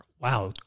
Wow